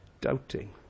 doubting